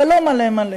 אבל לא מלא מלא.